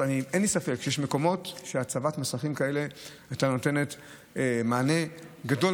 אין לי ספק שיש מקומות שהצבת המסכים האלה הייתה נותנת מענה גדול